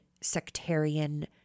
sectarian